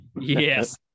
Yes